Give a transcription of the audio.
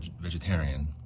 vegetarian